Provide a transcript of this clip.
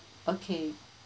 okay